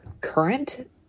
current